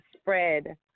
spread